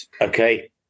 Okay